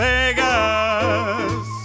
Vegas